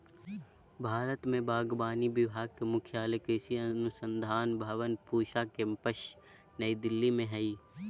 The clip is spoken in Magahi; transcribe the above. भारत में बागवानी विभाग के मुख्यालय कृषि अनुसंधान भवन पूसा केम्पस नई दिल्ली में हइ